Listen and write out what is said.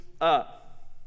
up